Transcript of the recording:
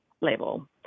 label